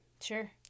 sure